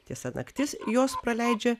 tiesa naktis jos praleidžia